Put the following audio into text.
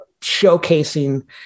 showcasing